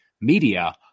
media